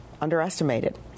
Underestimated